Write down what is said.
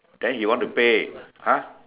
then he want to pay !huh!